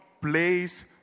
place